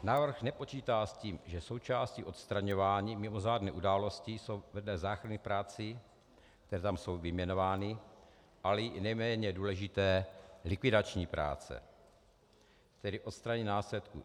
Návrh nepočítá s tím, že součástí odstraňování mimořádné události jsou tvrdé záchranné práce, které tam jsou vyjmenovány, ale i neméně důležité likvidační práce, tedy odstranění následků.